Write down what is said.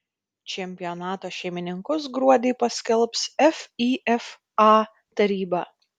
čempionato šeimininkus gruodį paskelbs fifa taryba